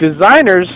designers